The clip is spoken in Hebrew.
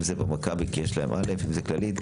אם זה במכבי כי יש להם א', וזה כללית.